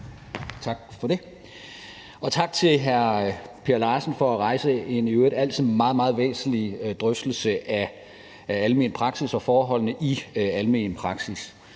Tak for det, og tak til hr. Per Larsen for at rejse en i øvrigt altid meget, meget væsentlig drøftelse af almen praksis og forholdene i almen praksis.